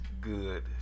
good